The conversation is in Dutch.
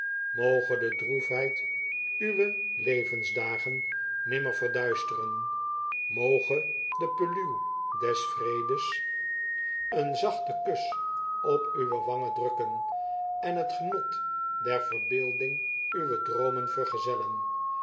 moge de droefheid uwe levensdagen nimmer verduisteren moge de peluw des vredes eenzachten het werkhuis te wapping kus op uwe wangen drukken en t genot der verbeelding uwe droomen vergezellen